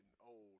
old